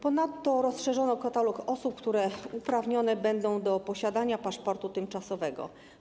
Ponadto rozszerzono katalog osób, które uprawnione będą do posiadania paszportu tymczasowego.